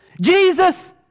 Jesus